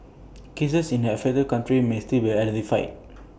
cases in the affected countries may still be identified